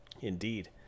Indeed